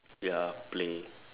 ya play